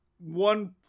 One